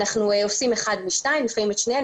אנחנו עושים אחת משתיים ולפעמים את שתיהן,